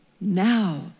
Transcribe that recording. now